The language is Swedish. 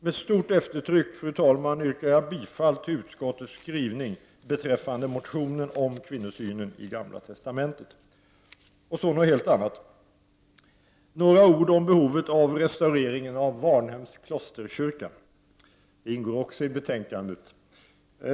Med stort eftertryck, fru talman, yrkar jag bifall till utskottets skrivning beträffande motionen om kvinnosynen i Gamla testamentet. Så till något helt annat: Några ord om behovet av restaureringen av Varnhems klosterkyrka — denna fråga behandlas också i betänkandet.